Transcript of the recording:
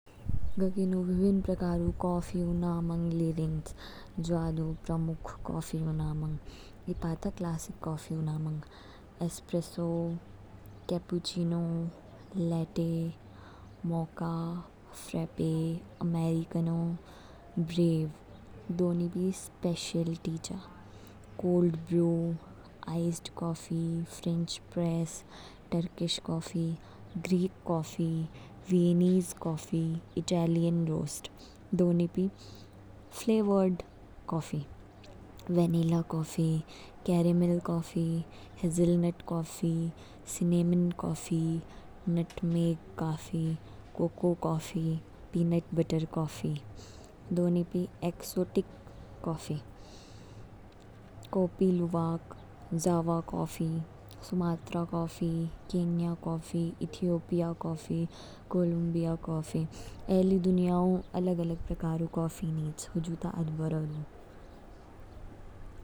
ग किनु विभिन्न प्रकार ऊ कॉफी ऊ नामांग ली रिंगच। जवा दू प्रमुख कॉफी ऊ नामांग, ईपा ता क्लासिक कॉफी ऊ नामांग। Espresso, cappuccino, latte, mocha, frappe, americano, breve. दो निपी स्पेशलिटी चा, cold brew, iced coffee, French press, Turkish coffee, Greek coffee, Viennese coffee, Italian roast. दो निपी flavoured coffee, vanilla coffee, caramel coffee, hazelnut coffee, cinnamon coffee, nutmeg coffee, cocoa coffee, peanut butter coffee. दो निपी exotic coffee kopi luwak, Java coffee, Sumatra coffee, Kenya coffee, Ethiopia coffee, Colombia coffee, Brazil coffee. ए ली दियाओ अलग अलग प्रकारों काफी नीच हुजु ता आध्बोरो दू।